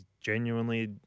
genuinely